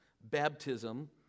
baptism